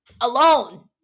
alone